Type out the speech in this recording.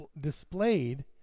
displayed